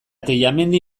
tellamendi